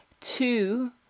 two